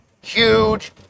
huge